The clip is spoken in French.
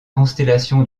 constellation